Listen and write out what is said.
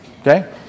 Okay